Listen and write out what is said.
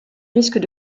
risques